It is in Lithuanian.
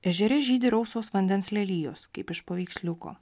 ežere žydi rausvos vandens lelijos kaip iš paveiksliuko